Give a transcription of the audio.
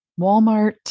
Walmart